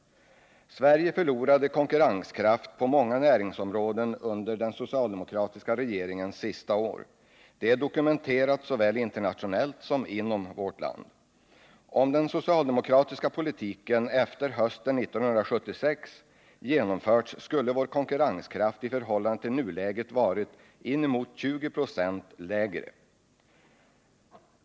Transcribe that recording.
Sverige förlorade konkurrenskraft på många näringsområden under den socialdemokratiska regeringens sista år. Detta är dokumenterat såväl internationellt som inom vårt land. Om den socialdemokratiska politiken efter hösten 1976 hade genomförts, skulle vår konkurrenskraft i förhållande till nuläget ha varit inemot 20 96 lägre.